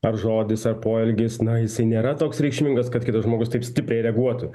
ar žodis ar poelgis na jisai nėra toks reikšmingas kad kitas žmogus taip stipriai reaguotų